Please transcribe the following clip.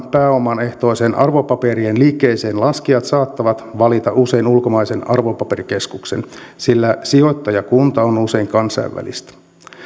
pääoman ehtoisten arvopaperien liikkeeseenlaskijat saattavat valita usein ulkomaisen arvopaperikeskuksen sillä sijoittajakunta on usein kansainvälistä